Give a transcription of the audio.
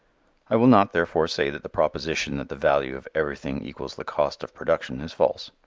i will not, therefore, say that the proposition that the value of everything equals the cost of production is false.